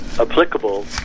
applicable